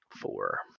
Four